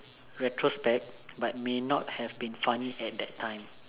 retrospect but may not have been funny at that time